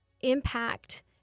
impact